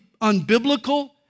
unbiblical